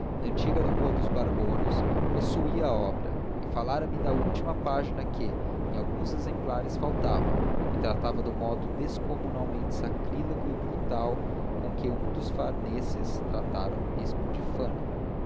antiga rua dos barbonos possuía a obra e falara me da última página que em alguns exemplares faltava e tratava do modo descomunalmente sacrílego e brutal com que um dos farneses tratara o bispo de fano